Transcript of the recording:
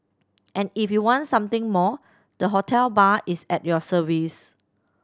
and if you want something more the hotel bar is at your service